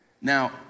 Now